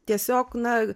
tiesiog na